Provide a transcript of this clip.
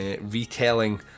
retelling